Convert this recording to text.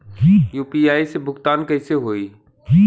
UPI से भुगतान कइसे होहीं?